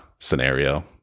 scenario